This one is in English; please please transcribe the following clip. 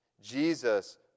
Jesus